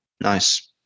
Nice